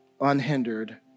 unhindered